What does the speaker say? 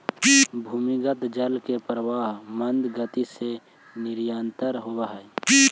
भूमिगत जल के प्रवाह मन्द गति से निरन्तर होवऽ हई